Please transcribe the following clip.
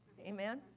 Amen